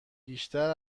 بیشتر